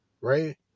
right